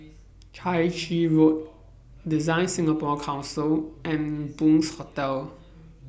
Chai Chee Road DesignSingapore Council and Bunc Hostel